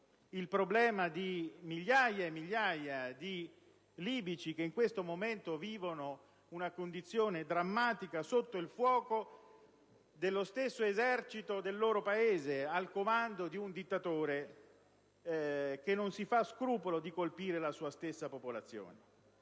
il problema di migliaia di libici che in questo momento vivono una condizione drammatica, sotto il fuoco dello stesso Esercito del loro Paese, al comando di un dittatore che non si fa scrupolo di colpire la sua stessa popolazione.